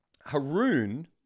Haroon